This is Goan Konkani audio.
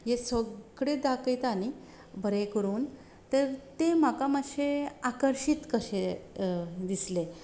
हे सगळे दाखयता न्ही बरें करून तर ते म्हाका मातशे आकर्शीत कशे दिसले